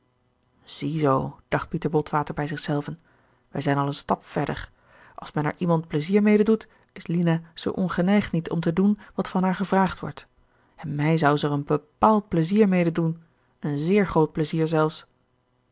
zie zoo dacht pieter botwater bij zich zelven wij zijn al een stap verder als men er iemand plezier mede doet is lina zoo ongeneigd niet om te doen wat van haar gevraagd wordt en mij zou ze er een bepaald plezier mede doen een zeer groot plezier zelfs